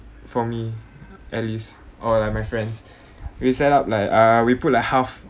for me at least or like my friends we set up like ah we put like half